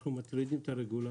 אנחנו מטרידים את הרגולטורים,